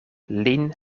lin